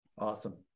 Awesome